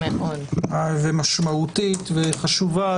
המשמעותית והחשובה.